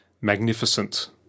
magnificent